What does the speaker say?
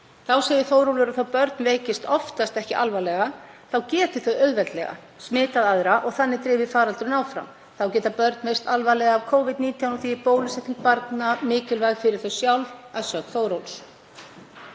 Þá segir Þórólfur að þó börn veikist oftast ekki alvarlega þá geti þau auðveldlega smitað aðra og þannig drifið faraldurinn áfram. Þá geta börn veikst alvarlega af Covid-19 og því er bólusetning barna mikilvæg fyrir þau sjálf, að sögn Þórólfs.“